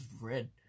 red